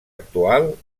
actual